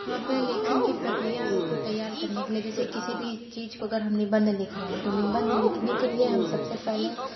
हम अपने लेखन की प्रक्रिया को तैयार करने के लिए जैसे किसी भी चीज को अगर हम निबंध लिख रहे हैं तो निबंध लिखने के लिए हम सबसे पहले